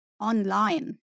online